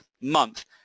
month